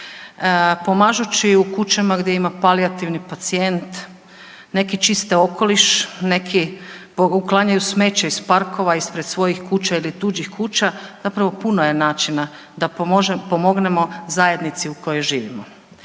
pomažući u kućama gdje ima palijativni pacijent, neki čiste okoliš, neki uklanjaju smeće iz parkova ispred svojih kuća ili tuđih kuća, zapravo puno je načina da pomognemo u zajednici u kojoj živimo.